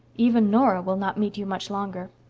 even nora will not meet you much longer.